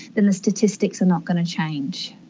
then the statistics are not going to change.